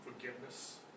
forgiveness